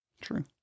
True